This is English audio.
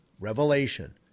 Revelation